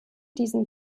diesen